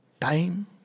time